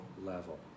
level